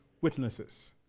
witnesses